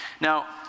Now